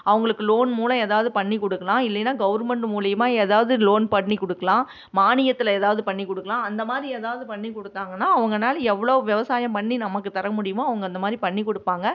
அவங்களுக்கு லோன் மூலம் ஏதாவது பண்ணிக் கொடுக்கலாம் இல்லைன்னா கவுர்மெண்டு மூலயமா ஏதாவது லோன் பண்ணிக் கொடுக்கலாம் மானியத்தில் ஏதாவது பண்ணிக் கொடுக்கலாம் அந்தமாதிரி ஏதாவது பண்ணிக் கொடுத்தாங்கன்னா அவங்கனால எவ்வளோ விவசாயம் பண்ணி நமக்குத் தர முடியுமோ அவங்க அந்தமாதிரி பண்ணிக் கொடுப்பாங்க